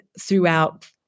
throughout